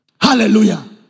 Hallelujah